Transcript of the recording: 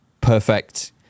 perfect